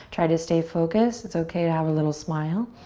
try to stay focused. it's okay to have a little smile.